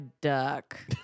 duck